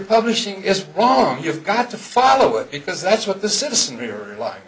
publishing is wrong you've got to follow it because that's what the citizenry